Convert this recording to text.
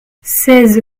seize